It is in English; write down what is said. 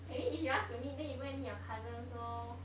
I mean if you want to meet then you go and meet your cousins lor